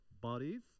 bodies